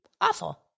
Awful